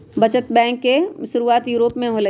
बचत बैंक के शुरुआत यूरोप में होलय